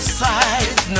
side